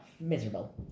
Miserable